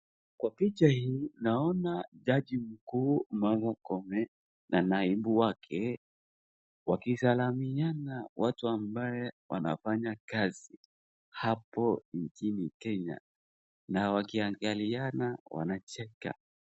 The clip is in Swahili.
Kwa picha hii naona jaji mkuu Martha Koome na naibu wake wakisalamiana watu ambaye wanafanya kazi hapo nchini kenya na wakiangaliana wanacheka.